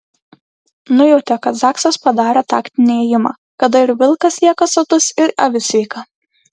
nujautė kad zaksas padarė taktinį ėjimą kada ir vilkas lieka sotus ir avis sveika